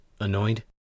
annoyed